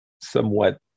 somewhat